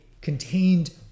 contained